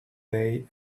day